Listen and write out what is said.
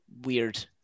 weird